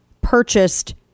purchased